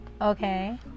Okay